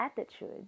attitude